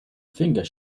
finger